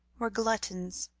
were gluttons,